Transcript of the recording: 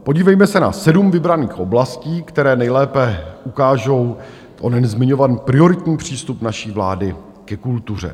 Podívejme se na sedm vybraných oblastí, které nejlépe ukážou onen zmiňovaný prioritní přístup naší vlády ke kultuře.